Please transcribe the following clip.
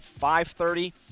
5.30